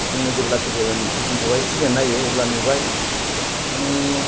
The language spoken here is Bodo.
जोङो जेब्ला पेकिंखौहाय खुलिना नायो अब्ला नुबाय मानि